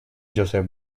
josep